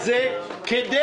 זה מסוכם כבר עקרונית,